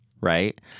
right